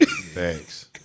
thanks